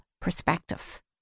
perspective